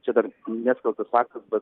čia dar neskelbtas faktas bet